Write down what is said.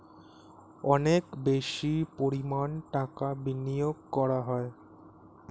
অনেক বেশি পরিমাণ টাকা বিনিয়োগ করা হয়